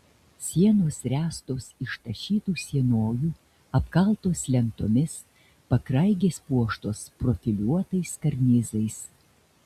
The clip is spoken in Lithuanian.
sienos ręstos iš tašytų sienojų apkaltos lentomis pakraigės puoštos profiliuotais karnizais